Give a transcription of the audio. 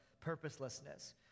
purposelessness